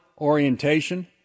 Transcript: orientation